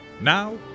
Now